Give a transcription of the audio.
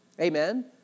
Amen